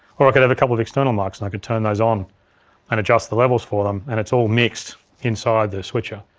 or i could have a couple of external mics and i could turn those on and adjust the levels for them and it's all mixed inside the switcher,